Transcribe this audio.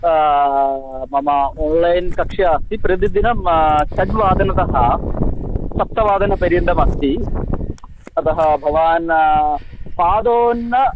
मम आन्लैन् कक्षा अस्ति प्रतिदिनं षड्वादनतः सप्तवादनपर्यन्तम् अस्ति अतः भवान् पादोन